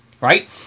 right